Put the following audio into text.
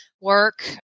work